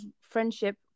friendship